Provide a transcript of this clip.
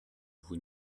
vous